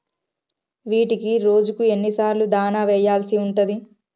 వీటికి రోజుకు ఎన్ని సార్లు దాణా వెయ్యాల్సి ఉంటది?